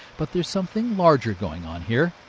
but there's something larger going on here.